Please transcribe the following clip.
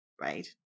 Right